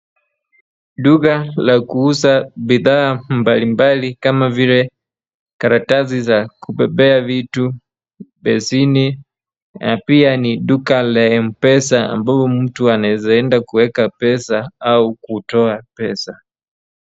Duka la kuuza bidhaa mbalimbali kama vile karatasi za kupepea vitu, besini na pia ni duka la M-pesa ambapo mtu anaweza enda kueka pesa au kutoa pesa.